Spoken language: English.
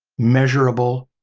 measurable,